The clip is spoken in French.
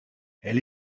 elle